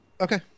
Okay